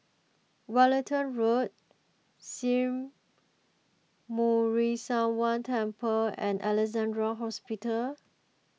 Wellington Road Sri Muneeswaran Temple and Alexandra Hospital